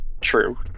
True